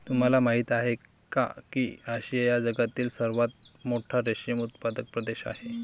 तुम्हाला माहिती आहे का की आशिया हा जगातील सर्वात मोठा रेशीम उत्पादक प्रदेश आहे